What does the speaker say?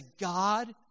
God